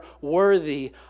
worthy